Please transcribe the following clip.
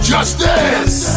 Justice